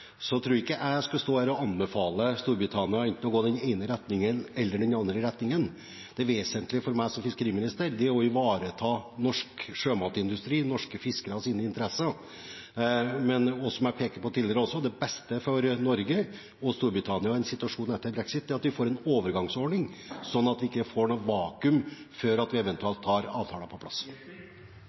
ikke jeg at jeg skal stå her og anbefale Storbritannia å gå enten i den ene retningen eller i den andre retningen. Det vesentlige for meg som fiskeriminister, er å ivareta norsk sjømatindustri og norske fiskeres interesser. Men som jeg også har pekt på tidligere: Det beste for Norge og Storbritannia i situasjonen etter brexit, er at vi får en overgangsordning, slik at vi ikke får noe vakuum før vi eventuelt har avtaler på plass.